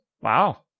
Wow